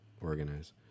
Organize